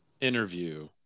interview